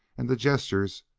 and the gestures,